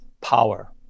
power